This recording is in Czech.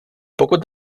pokud